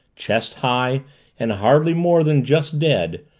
chest high and hardly more than just dead,